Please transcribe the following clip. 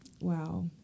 Wow